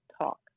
talk